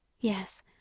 Yes